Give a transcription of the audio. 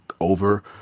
over